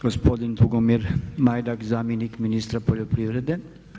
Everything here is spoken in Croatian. Gospodin Tugomir Majdak, zamjenik ministra poljoprivrede.